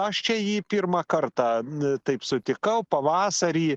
aš čia jį pirmą kartą taip sutikau pavasarį